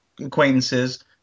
acquaintances